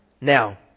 now